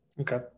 Okay